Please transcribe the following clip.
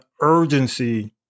urgency